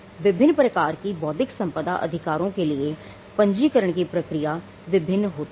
विभिन्न प्रकार की बौद्धिक संपदा अधिकारों के लिए पंजीकरण की प्रक्रिया विभिन्न होती है